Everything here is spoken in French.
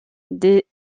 des